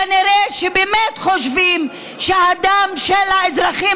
כנראה באמת חושבים שהדם של האזרחים